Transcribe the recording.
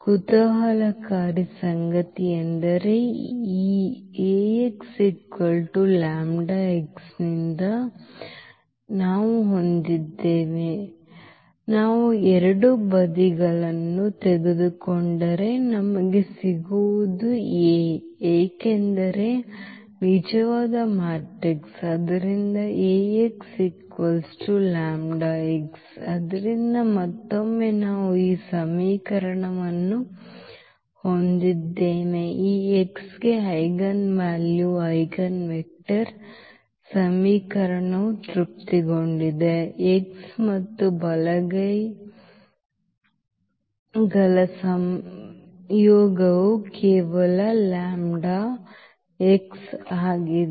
ಕುತೂಹಲಕಾರಿ ಸಂಗತಿಯೆಂದರೆ ಈ ನಿಂದ ನಾವು ಹೊಂದಿದ್ದೇವೆ ನಾವು ಎರಡೂ ಬದಿಗಳನ್ನು ತೆಗೆದುಕೊಂಡರೆ ನಮಗೆ ಸಿಗುವುದು A ಏಕೆಂದರೆ ನಿಜವಾದ ಮ್ಯಾಟ್ರಿಕ್ಸ್ ಆದ್ದರಿಂದ ಆದ್ದರಿಂದ ಮತ್ತೊಮ್ಮೆ ನಾವು ಈ ಸಮೀಕರಣವನ್ನು ಹೊಂದಿದ್ದೇವೆ ಈ x ಗೆ eigenvalue eigenvector eigenvalues eigenvector ಸಮೀಕರಣವು ತೃಪ್ತಿಗೊಂಡಿದೆ x ಮತ್ತು ಬಲಗೈಗಳ ಸಂಯೋಗವು ಕೇವಲ ಆಗಿದೆ